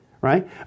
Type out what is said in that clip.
right